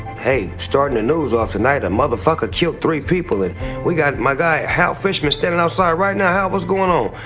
hey, starting the news off tonight a motherfucker killed three people. and we got my guy. hal fishman standing outside right now. hal, what's going on?